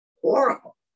horrible